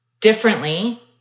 differently